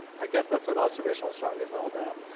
i guess that's what observational astronomy is all about.